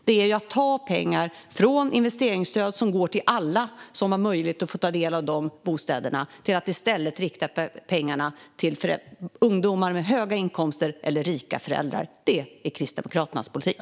Det är att ta pengar från investeringsstöd som går till alla som har möjlighet att ta del av dessa bostäder och i stället rikta pengarna till ungdomar med höga inkomster eller rika föräldrar. Det är Kristdemokraternas politik.